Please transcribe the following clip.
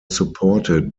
supported